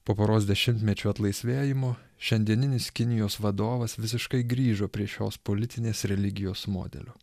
po poros dešimtmečių atlaisvėjimo šiandieninis kinijos vadovas visiškai grįžo prie šios politinės religijos modelio